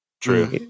True